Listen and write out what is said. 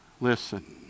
listen